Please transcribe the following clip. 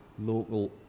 local